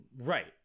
Right